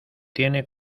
tiene